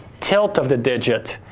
tilt of the digit,